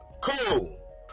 Cool